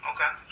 Okay